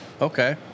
Okay